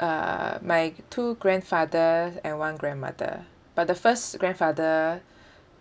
uh my two grandfathers and one grandmother but the first grandfather